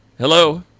Hello